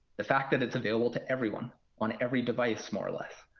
the fact that it's available to everyone on every device more or less.